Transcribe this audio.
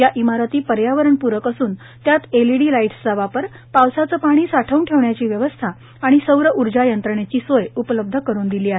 या इमारती पर्यावरणपूरक असून त्यात एल ईडी लाईटसचा वापर पावसाचे पाणी साठवून ठेवण्याची व्यवस्था आणि सौर ऊर्जा यंत्रणेची सोय उपलब्ध करून दिली आहे